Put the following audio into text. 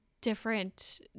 different